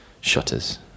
shutters